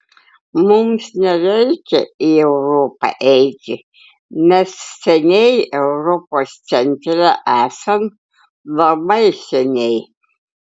mums nereikia į europą eiti mes seniai europos centre esam labai seniai